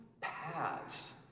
paths